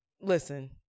Listen